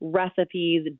recipes